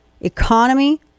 economy